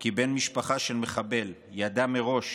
כי בן משפחה של מחבל ידע מראש